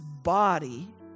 body